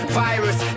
virus